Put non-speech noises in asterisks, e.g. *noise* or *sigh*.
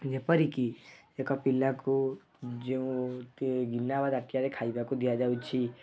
ଯେପରିକି ଏକ ପିଲାକୁ ଯେଉଁ *unintelligible* ଗିନା ବା ତାଟିଆରେ ଖାଇବାକୁ ଦିଆଯାଉଛି